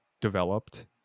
developed